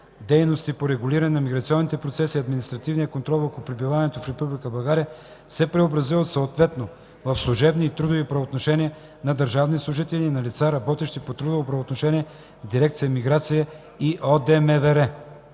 дейности по регулиране на миграционните процеси и административен контрол върху пребиваването в Република България, се преобразуват съответно в служебни и трудови правоотношения на държавни служители и на лица, работещи по трудово правоотношение в дирекция „Миграция” и ОДМВР.